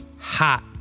hot